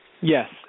Yes